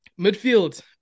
midfield